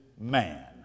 man